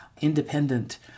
independent